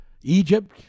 Egypt